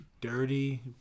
dirty